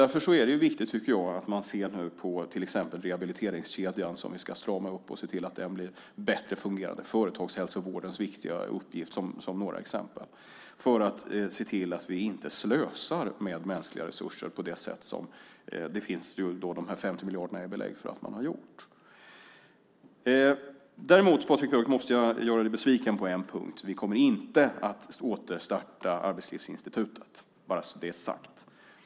Därför är det viktigt att se på till exempel rehabiliteringskedjan, som vi ska strama upp, och se till att den blir bättre fungerande, som ju är företagshälsovårdens viktiga uppgift, för att se till att vi inte slösar med mänskliga resurser på det sätt som dessa 50 miljarderna är belägg för att man har gjort. Däremot måste jag göra Patrik Björck besviken på en punkt: Vi kommer inte att återstarta Arbetslivsinstitutet, bara så att det är sagt.